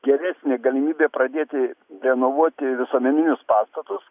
geresnė galimybė pradėti renovuoti visuomeninius pastatus